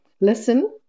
listen